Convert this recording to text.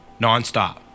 nonstop